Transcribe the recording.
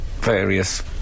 various